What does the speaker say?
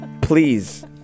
Please